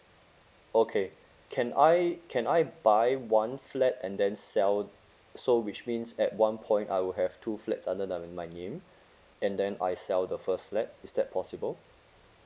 okay can I can I buy one flat and then sell so which means at one point I will have two flats under the direct my name and then I sell the first flat is that possible